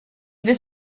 bis